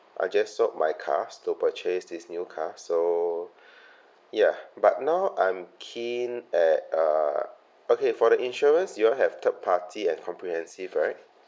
I just sold my car to purchase this new car so ya but now I'm keen at err okay for the insurance you all have third party and comprehensive right